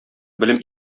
белем